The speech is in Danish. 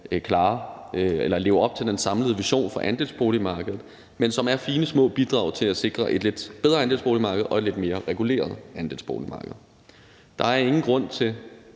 leve op til den samlede vision for andelsboligmarkedet, men som er fine små bidrag til at sikre et lidt bedre andelsboligmarked og et lidt mere reguleret andelsboligmarked. Der er ingen grund til